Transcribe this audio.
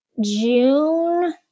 June